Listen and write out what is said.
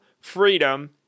freedom